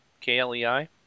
K-L-E-I